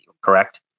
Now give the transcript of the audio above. correct